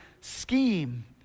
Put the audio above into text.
scheme